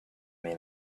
may